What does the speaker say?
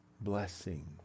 blessing